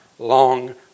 long